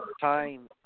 time